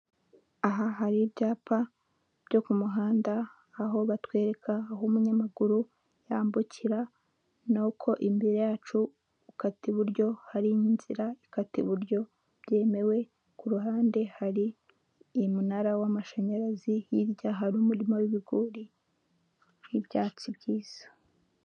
Aha hari ibyapa byo ku muhanda aho batwereka aho umunyamaguru yambukira n'uko imbere yacu ukata iburyo hari inzira ikata iburyo byemewe, ku ruhande hari umunara w'amashanyarazi hirya hari umurima w'ibigori uriho ibyatsi byiza.